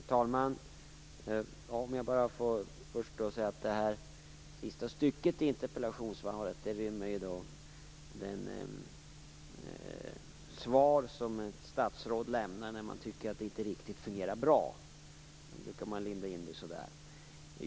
Herr talman! Först vill jag bara säga att det avslutande stycket i interpellationssvaret rymmer ett svar som ett statsråd lämnar när det inte fungerar riktigt bra. Då brukar man linda in det så där.